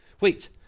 Wait